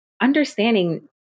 understanding